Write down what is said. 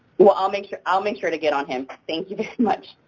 well, i'll make sure i'll make sure to get on him. thank you very much.